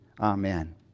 Amen